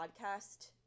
podcast